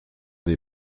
des